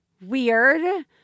weird